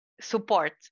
support